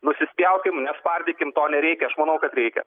nusispjaukim nespardykim to nereikia aš manau kad reikia